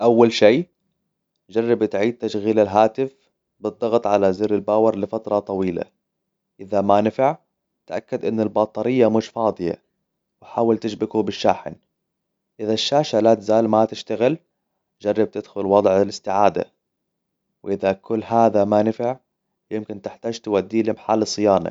اول شي جرب بتعيد تشغيل الهاتف بالضغط على زر الباور لفترة طويلة اذا ما نفع تأكد ان البطارية مش فاضية وحاول تشبكه بالشاحن اذا الشاشة لا تزال ما تشتغل جرب تدخل وضع الإستعادة واذا كل هذا ما نفع يمكن تحتاج توديه لمحل صيانه